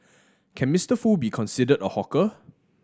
can Mister Foo be considered a hawker